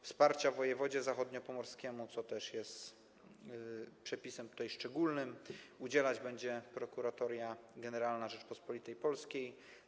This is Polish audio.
Wsparcia wojewodzie zachodniopomorskiemu - co też jest przepisem szczególnym - udzielać będzie Prokuratoria Generalna Rzeczypospolitej Polskiej.